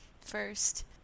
first